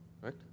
right